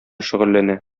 шөгыльләнә